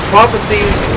Prophecies